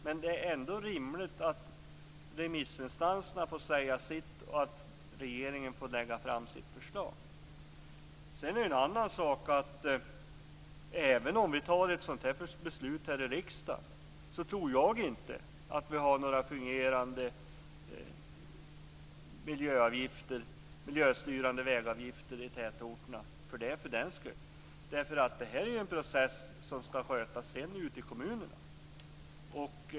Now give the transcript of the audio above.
Men det är ändå rimligt att remissinstanserna får säga sitt och att regeringen får lägga fram sitt förslag. Sedan är det en annan sak att även om vi fattar ett sådant beslut i riksdagen tror jag inte att vi har några fungerande miljöstyrande vägavgifter i tätorterna för den skull. Det här är en process som skall skötas ute i kommunerna.